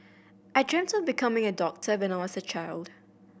I dreamt of becoming a doctor when I was a child